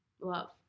love